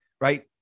right